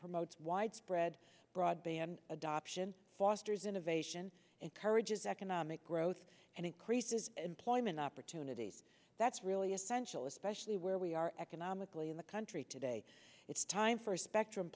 promotes widespread broadband adoption fosters innovation encourages economic growth and increases employment opportunities that's really essential especially where we are economically in the country today it's time for a spectrum